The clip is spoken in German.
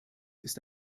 ist